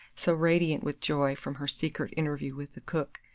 so radiant with joy from her secret interview with the cook,